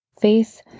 faith